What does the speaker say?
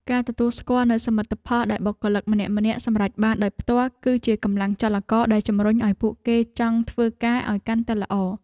ការទទួលស្គាល់នូវសមិទ្ធផលដែលបុគ្គលិកម្នាក់ៗសម្រេចបានដោយផ្ទាល់ គឺជាកម្លាំងចលករដែលជំរុញឱ្យពួកគេចង់ធ្វើការឱ្យកាន់តែល្អ។